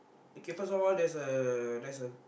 okay first of all there's a there's a